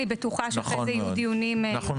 אני בטוחה שאחרי זה יהיו דיונים יותר מקיפים.